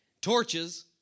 torches